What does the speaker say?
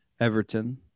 Everton